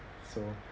so